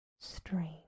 strange